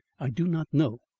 i do not know.